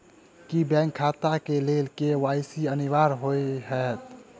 की bank खाता केँ लेल के.वाई.सी अनिवार्य होइ हएत?